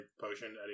potion